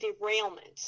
derailment